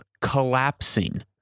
collapsing